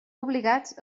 obligats